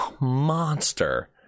monster